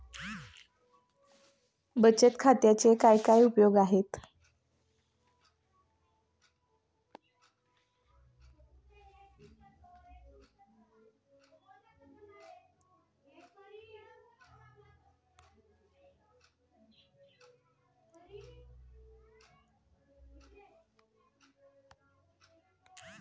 बचत खात्याचे काय काय उपयोग आहेत?